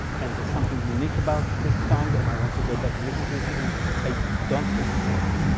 and there's something unique about this song and i want to go back and listen to it even if i don't look at the robot.